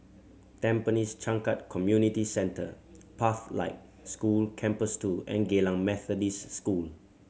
Tampines Changkat Community Centre Pathlight School Campus Two and Geylang Methodist School